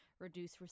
reduce